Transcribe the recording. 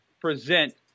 present